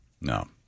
no